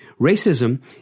Racism